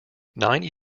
nine